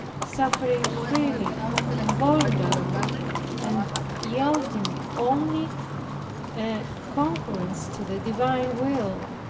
suffering freely and voluntarily and yielding only a concurrence to the divine will